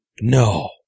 No